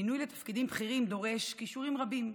מינוי לתפקידים בכירים דורש כישורים רבים,